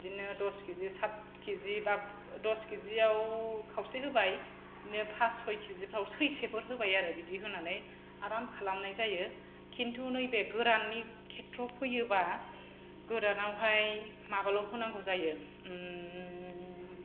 बिदिनो दस किजि साथ किजि बा दस किजि याव खावसे होबाय बिदिनो फास सय किजि फ्राव सैसेफोर होबाय आरो बिदि होनानै आराम खालामनाय जायो खिन्थु नैबे गोराननि खेथ्र' फैयोबा गोरानावहाय माबाल' होनांगौ जायो उम